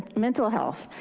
mental health.